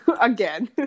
again